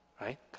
Right